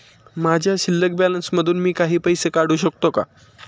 माझ्या शिल्लक बॅलन्स मधून मी काही पैसे काढू शकतो का?